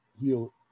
heal